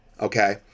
Okay